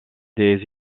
des